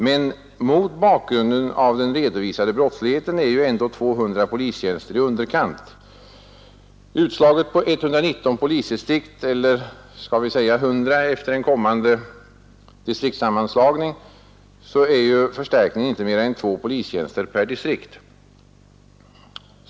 Men mot bakgrunden av den redovisade brottsligheten är ändå 200 polistjänster i underkant. Utslaget på 119 polisdistrikt, eller skall vi säga 100 efter den kommande distriktssammanslagningen, är förstärkningen inte mera än två polistjänster per distrikt.